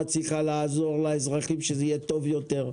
צריכה לעזור לאזרחים שזה יהיה טוב יותר.